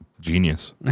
genius